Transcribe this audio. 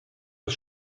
des